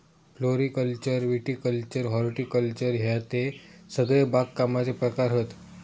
floriculture viticulture horticulture हयते सगळे बागकामाचे प्रकार हत